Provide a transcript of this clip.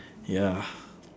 ya